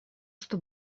что